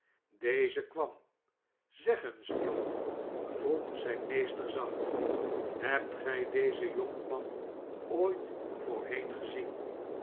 deze kwam zeg eens john vroeg zijn meester zacht hebt gij dezen jonkman ooit voorheen gezien